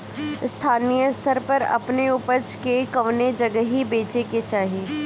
स्थानीय स्तर पर अपने ऊपज के कवने जगही बेचे के चाही?